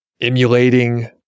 emulating